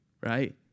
right